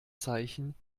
zeichen